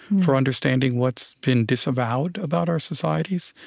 for understanding what's been disavowed about our societies,